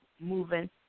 moving